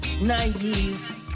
naive